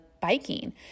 Biking